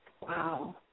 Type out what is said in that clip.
Wow